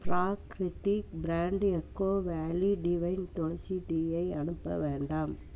Prakritik brand eco valley divine Tulsi டீயை அனுப்ப வேண்டாம்